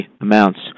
amounts